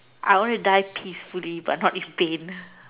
I want to die peacefully but not this pain